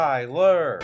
Tyler